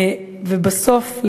ובסוף,